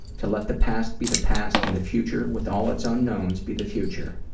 to let the past be the past, and the future with all it's unknowns, be the future.